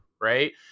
Right